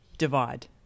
divide